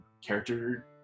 character